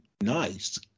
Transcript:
Nice